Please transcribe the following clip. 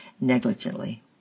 negligently